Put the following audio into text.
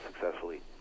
successfully